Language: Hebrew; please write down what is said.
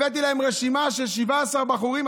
הבאתי להם רשימה של 17 בחורים.